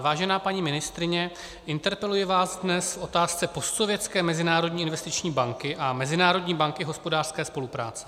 Vážená paní ministryně, interpeluji vás dnes v otázce postsovětské Mezinárodní investiční banky a Mezinárodní banky hospodářské spolupráce.